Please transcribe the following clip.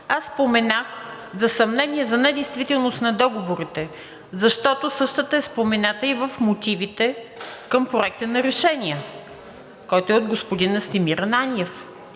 Аз споменах за съмнение за недействителност на договорите, защото същата е спомената и в мотивите към Проекта на решение, който е от господин Настимир Ананиев,